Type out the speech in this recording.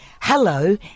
Hello